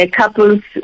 couples